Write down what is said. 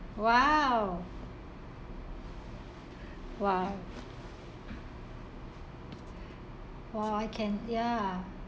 !wow! !wow! !wow! I can ya